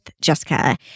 Jessica